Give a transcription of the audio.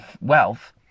wealth